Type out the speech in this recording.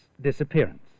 disappearance